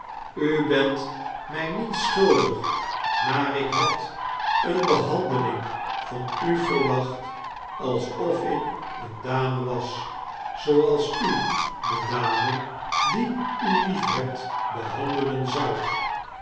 u bent mij niets schuldig maar ik had eene behandeling van u verwaoht alsof ik eene dame was zooals u de dame die u liefhebt behandelen zoudt